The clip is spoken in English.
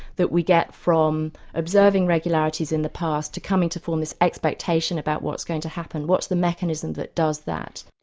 that we get from observing regularities in the past to coming to form this expectation about what's going to happen? what's the mechanism that does that?